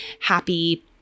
happy